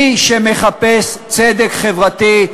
מי שמחפש צדק חברתי,